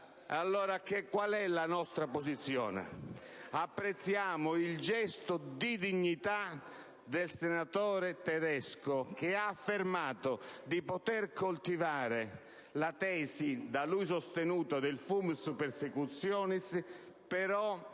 allora la nostra posizione? Apprezziamo il gesto di dignità del senatore Tedesco, che ha affermato di poter coltivare la tesi da lui sostenuta del *fumus persecutionis*, e però